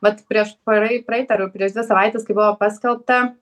vat prieš parai praeitą arba prieš dvi savaites kai buvo paskelbta